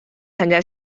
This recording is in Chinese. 参加